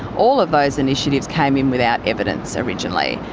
all of those initiatives came in without evidence originally.